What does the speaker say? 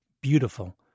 beautiful